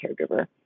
caregiver